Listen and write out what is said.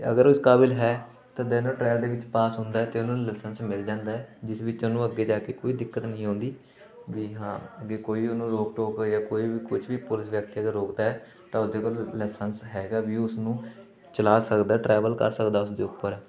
ਅਗਰ ਉਹ ਉਸ ਕਾਬਿਲ ਹੈ ਤਾਂ ਦੈਨ ਉਹ ਟਰੈਲ ਦੇ ਵਿੱਚ ਪਾਸ ਹੁੰਦਾ ਅਤੇ ਉਹਨੂੰ ਲਾਇਸੈਂਸ ਮਿਲ ਜਾਂਦਾ ਜਿਸ ਵਿੱਚ ਉਹਨੂੰ ਅੱਗੇ ਜਾ ਕੇ ਕੋਈ ਦਿੱਕਤ ਨਹੀਂ ਆਉਂਦੀ ਵੀ ਹਾਂ ਅੱਗੇ ਕੋਈ ਉਹਨੂੰ ਰੋਕ ਟੋਕ ਜਾਂ ਕੋਈ ਵੀ ਕੁਛ ਵੀ ਪੁਲਿਸ ਵਿਅਕਤੀ ਅਗਰ ਰੋਕਦਾ ਤਾਂ ਉਹਦੇ ਕੋਲ ਲਾਇਸੈਂਸ ਹੈਗਾ ਵੀ ਉਹ ਉਸਨੂੰ ਚਲਾ ਸਕਦਾ ਟਰੈਵਲ ਕਰ ਸਕਦਾ ਉਸਦੇ ਉੱਪਰ